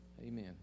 amen